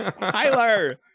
Tyler